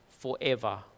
forever